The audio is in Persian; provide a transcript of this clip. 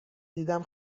دیدم